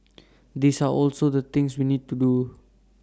these are also the things we need to do